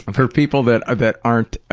um for people that ah that aren't